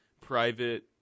private